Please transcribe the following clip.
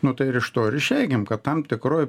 nu tai ir iš to ir išeikim kad tam tikroj